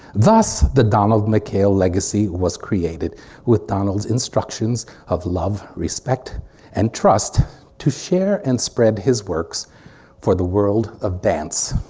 thus the donald mckayle legacy was created with donald's instructions of love, respect and trust to share and spread his works for the world of dance.